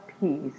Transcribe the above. peace